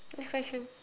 next question